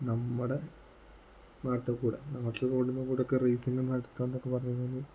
നമ്മുടെ നാട്ടിൽ കൂടി നാട്ടിൽ റോട്ടിൽ കൂടെയൊക്കെ റയ്സിങ് നടത്തുക എന്നൊക്കെ പറഞ്ഞു കഴിഞ്ഞാൽ